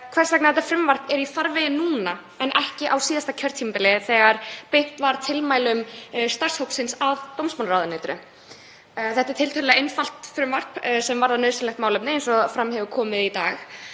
hvers vegna þetta frumvarp er í farvegi núna en ekki á síðasta kjörtímabili þar sem tilmælum starfshópsins var beint til dómsmálaráðuneytisins. Þetta er tiltölulega einfalt frumvarp sem varðar nauðsynlegt málefni, eins og fram hefur komið í dag.